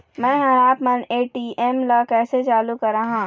मैं हर आपमन ए.टी.एम ला कैसे चालू कराहां?